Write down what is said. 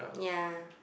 yeah